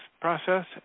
process